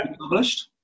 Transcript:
published